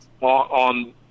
on